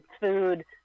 food